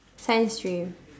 science stream